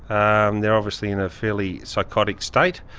um they're obviously in a fairly psychotic state,